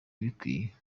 ibikwiye